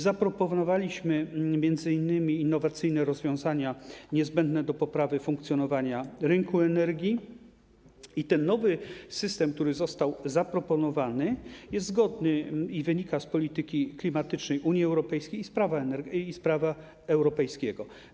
Zaproponowaliśmy m.in. innowacyjne rozwiązania niezbędne do poprawy funkcjonowania rynku energii i ten nowy system, który został zaproponowany, jest zgodny i wynika z polityki klimatycznej Unii Europejskiej i z prawa europejskiego.